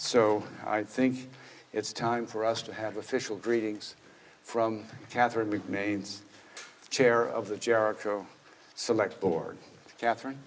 so i think it's time for us to have official greetings from catherine remains chair of the jericho select board catherine